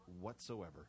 whatsoever